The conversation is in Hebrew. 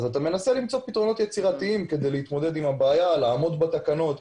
אתה מנסה למצוא פתרונות יצירתיים כדי להתמודד עם הבעיה ולעמוד בתקנות.